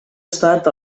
estat